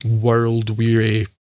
world-weary